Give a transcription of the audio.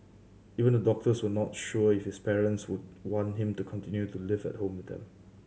even the doctors were not sure if his parents would want him to continue to live at home with them